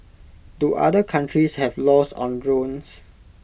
do other countries have laws on drones